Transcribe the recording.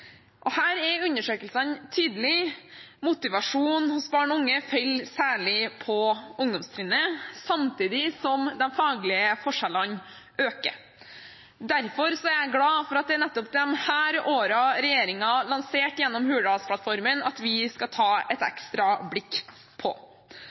Her er undersøkelsene tydelige: Motivasjonen hos barn og unge faller særlig på ungdomstrinnet, samtidig som de faglige forskjellene øker. Derfor er jeg glad for at det er nettopp disse årene regjeringen har lansert gjennom Hurdalsplattformen at vi skal ta et